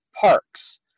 parks